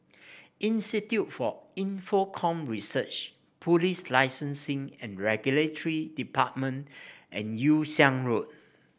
Institute for Infocomm Research Police Licensing and Regulatory Department and Yew Siang Road